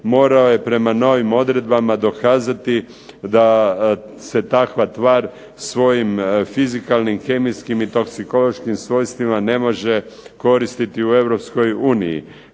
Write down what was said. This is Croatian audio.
morao je prema novim odredbama dokazati da se takva tvar svojim fizikalnim, kemijskim i toksikološkim svojstvima ne može koristiti u